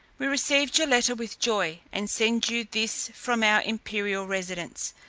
we received your letter with joy, and send you this from our imperial residence,